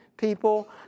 people